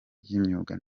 ry’imyuga